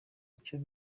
icyo